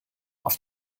auf